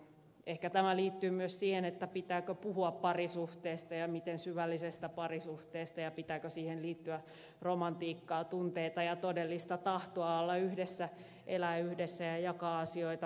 ehkä tämä liittyy myös siihen pitääkö puhua parisuhteesta ja miten syvällisestä parisuhteesta ja pitääkö siihen liittyä romantiikkaa tunteita ja todellista tahtoa olla yhdessä elää yhdessä ja jakaa asioita